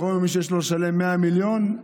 מי שיש לו לשלם 100 מיליון,